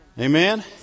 Amen